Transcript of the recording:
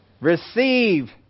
receive